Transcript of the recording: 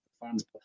Fans